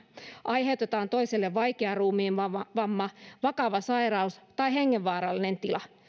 aiheutetaan toiselle vaikea ruumiinvamma vakava sairaus tai hengenvaarallinen tila